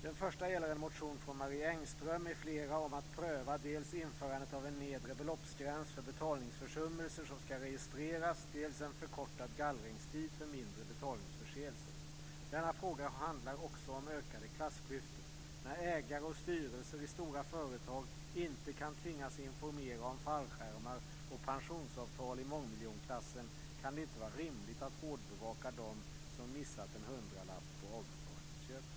Den första gäller en motion av Marie Engström m.fl. om att pröva dels införandet av en nedre beloppsgräns för betalningsförsummelser som ska registreras, dels en förkortad gallringstid för mindre betalningsförseelser. Denna fråga handlar också om ökade klassklyftor. När ägare och styrelser i stora företag inte kan tvingas informera om fallskärmar och pensionsavtal i mångmiljonklassen kan det inte vara rimligt att hårdbevaka dem som missat en hundralapp på avbetalningsköpet.